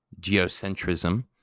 geocentrism